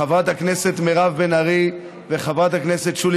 חברת הכנסת מירב בן ארי וחברת הכנסת שולי